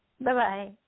Bye-bye